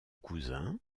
cousin